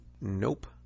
Nope